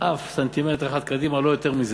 אף סנטימטר אחד קדימה, לא יותר מזה.